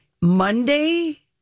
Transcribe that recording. Monday